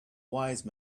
wise